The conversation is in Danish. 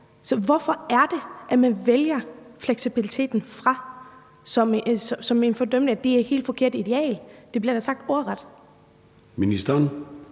Så hvorfor er det, at man vælger fleksibiliteten fra ved at fordømme det som et helt forkert ideal? Det bliver der sagt ordret. Kl.